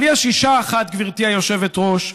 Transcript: אבל יש אישה אחת, גברתי היושבת-ראש,